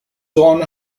don